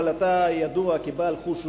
אבל אתה ידוע כבעל חוש הומור,